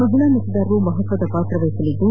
ಮಹಿಳಾ ಮತದಾರರು ಮಹತ್ವದ ಪಾತ್ರ ವಹಿಸಲಿದ್ದು